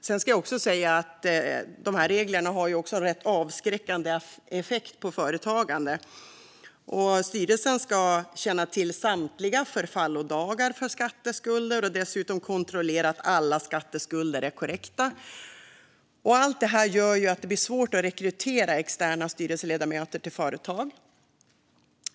Sedan ska jag också säga att reglerna har en rätt avskräckande effekt på företagande. Styrelsen ska känna till samtliga förfallodagar för skatteskulder och dessutom kontrollera att alla skatteskulder är korrekta. Allt detta gör att det blir svårt att rekrytera externa styrelseledamöter till företag.